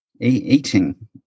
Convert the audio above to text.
Eating